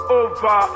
over